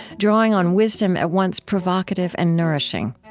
drawing on wisdom at once provocative and nourishing.